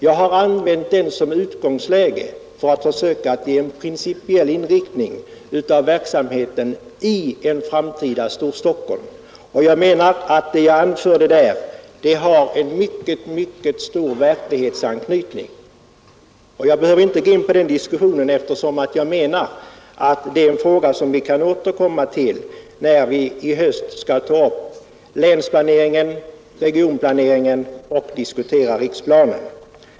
Jag har använt detta som utgångsläge för att försöka ange en principiell inriktning av verksamheten i ett framtida Storstockholm, och jag menar att det jag anförde därvidlag har en mycket stark verklighetsanknytning. Jag behöver inte gå in på den diskussionen nu, eftersom jag anser att det är en fråga som vi kan återkomma till när vi i höst skall ta upp länsplaneringen och regionplaneringen och diskutera riksplanen.